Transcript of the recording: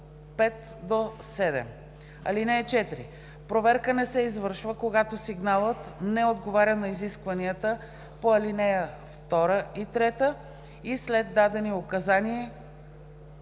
5 – 7. (4) Проверка не се извършва, когато сигналът не отговаря на изискванията по ал. 2 и 3 и след дадени указания